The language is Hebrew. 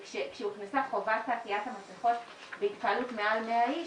כשהוכנסה חובת עטיית המסכות בהתקהלות מעל 100 איש,